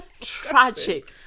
tragic